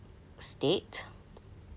state